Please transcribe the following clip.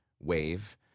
wave